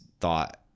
thought